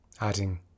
adding